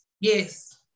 Yes